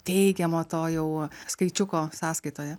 teikiamo to jau skaičiuko sąskaitoje